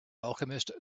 alchemist